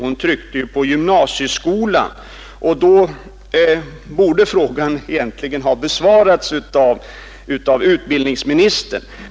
Hon tryckte ju på gymnasieskolan. Då borde frågan egentligen ha besvarats av utbildningsministern.